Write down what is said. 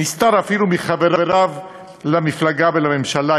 נסתר אפילו מחבריו למפלגה ולממשלה.